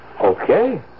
Okay